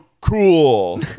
cool